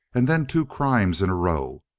and then two crimes in a row.